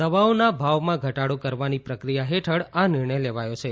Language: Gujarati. દવાઓના ભાવમાં ઘટાડો કરવાની પ્રક્રિયા હેઠળ આ નિર્ણય લેવાયો છે